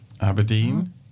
Aberdeen